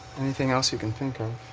anything else you can think of.